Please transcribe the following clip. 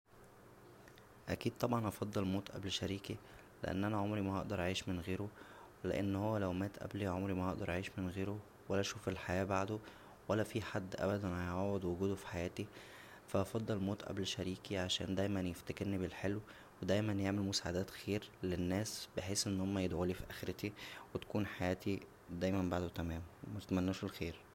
اكيد طبعا هفضل اموت قبل شريكى لان انا عمرى ما هقدر اعيش من غيره لان هو لو مات قبلى عمرى ما هقدر اعيش من غيره ولا اشوف الحياه بعده ولا فى حد ابدا هيعوض وجوده فحياتى فا هفضل اموت قبل شريكى عشان دايما يفتكرنى بالحلو و دايما يعمل مساعدات خير للناس بحيث ان هما يدعولى فى اخرتى و تكون حياتى دايما بعده تمام و بتمناله الخير